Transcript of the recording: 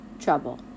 trouble